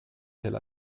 tel